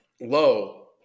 low